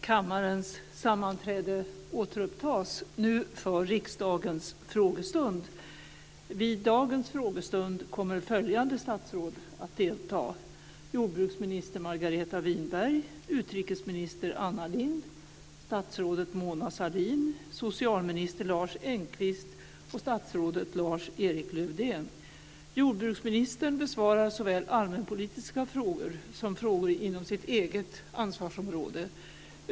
Kammarens sammanträde återupptas för riksdagens frågestund. Vid dagens frågestund deltar följande statsråd: jordbruksminister Margareta Winberg, utrikesminister Anna Lindh, statsrådet Mona Sahlin, socialminister Lars Engqvist och statsrådet Lars-Erik Lövdén. Jordbruksministern besvarar såväl allmänpolitiska frågor som frågor inom sitt eget ansvarsområde.